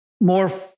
More